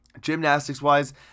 Gymnastics-wise